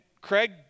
Craig